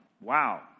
Wow